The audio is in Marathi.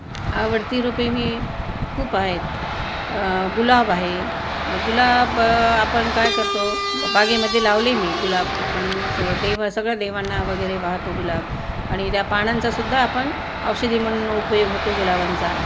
आवडती रोपे मी खूप आहेत गुलाब आहे गुलाब आपण काय करतो बागेमध्ये लावले मी गुलाब आपण देव सगळ्या देवांना वगैरे वाहतो गुलाब आणि त्या पानांचासुद्धा आपण औषधी म्हणून उपयोग होतो गुलाबांचा